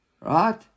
Right